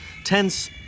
Tense